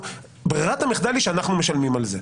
ברירת המחדל היא שאנחנו משלמים על זה.